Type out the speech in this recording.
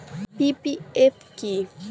PPF কি?